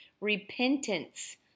repentance